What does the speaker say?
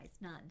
none